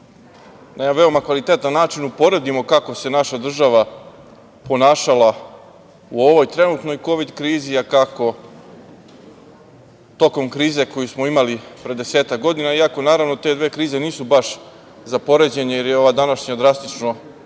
veoma kvalitetan način uporedimo kako se naša država ponašala u ovoj trenutnoj Kovid krizi, a kako tokom krize koju smo imali pre desetak godina, iako naravno te dve krize nisu baš za poređenje, jer je ova današnja drastično